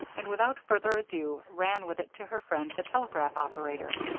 and without further ado ran with it to her friend, the telegraph operator,